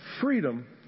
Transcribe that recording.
freedom